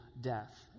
death